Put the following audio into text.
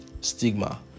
stigma